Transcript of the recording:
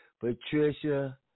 Patricia